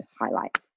highlight